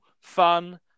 fun